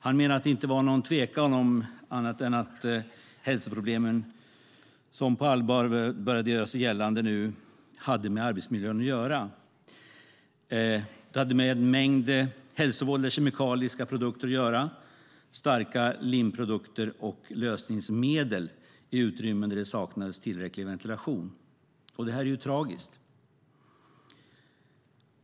Han menade att det inte var någon tvekan om att hälsoproblemen som nu på allvar börjat göra sig gällande hade med arbetsmiljön att göra. De hade med en mängd hälsovådliga kemiska produkter att göra, starka limprodukter och lösningsmedel i utrymmen där det saknades tillräcklig ventilation. Det här är ju tragiskt.